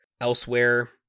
Elsewhere